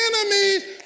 enemies